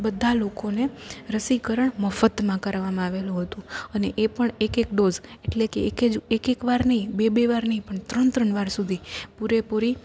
બધાં લોકોને રસીકરણ મફતમાં કરવામાં આવેલું હતું અને એ પણ એક એક ડોઝ એટલે કે એક એક વાર નહીં બે બે વાર નહીં ત્રણ ત્રણ વાર સુધી પૂરેપૂરી